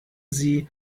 sie